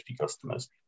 customers